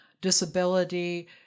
disability